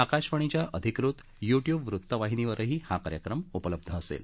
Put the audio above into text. आकाशवाणीच्या अधिकृत YouTube वृत्तवाहिनीवरही हा कार्यक्रम उपलब्ध असेल